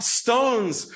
stones